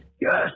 Yes